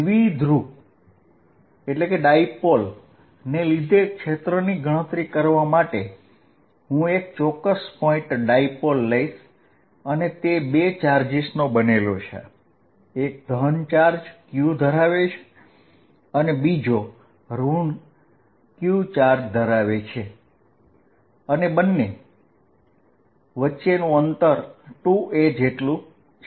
દ્વિધ્રુવ ને લીધે ક્ષેત્રની ગણતરી કરવા માટે હું એક ચોક્કસ પોઇન્ટ ડાયપોલ લઈશ અને તે 2 ચાર્જીસ નો બનેલો છે એક ધન q ચાર્જ ધરાવે છે અને બીજો ઋણ q ચાર્જ ધરાવે છે અને બંને વચ્ચે 2a અંતર આવેલું છે